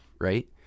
Right